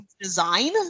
design